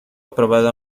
aprobada